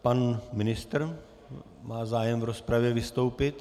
Pan ministr má zájem v rozpravě vystoupit.